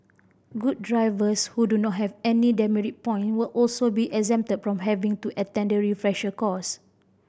good drivers who do not have any demerit point will also be exempted from having to attend the refresher course